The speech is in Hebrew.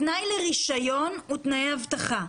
התנאי לרישיון הוא תנאי אבטחה.